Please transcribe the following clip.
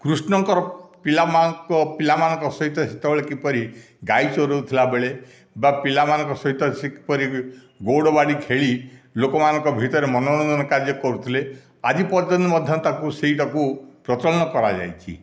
କୃଷ୍ଣଙ୍କର ପିଲାମାନ ପିଲାମାନଙ୍କ ସହିତ ସେତେବେଳେ କିପରି ଗାଈ ଚରାଉଥିଲା ବେଳେ ବା ପିଲାମାନଙ୍କ ସହିତ ସେ କିପରି ଗୌଡ଼ବାଡ଼ି ଖେଳି ଲୋକମାନଙ୍କ ଭିତରେ ମନୋରଂଜନ କାର୍ଯ୍ୟ କରୁଥିଲେ ଆଜି ପର୍ଯ୍ୟନ୍ତ ମଧ୍ୟ ତାକୁ ସେହିଟାକୁ ପ୍ରଚଳନ କରାଯାଇଛି